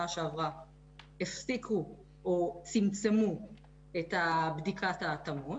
שעברה הפסיקו או צמצמו את בדיקת ההתאמות